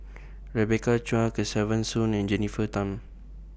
Rebecca Chua Kesavan Soon and Jennifer Tham